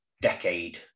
decade